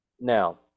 Now